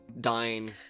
dying